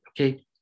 okay